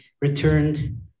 returned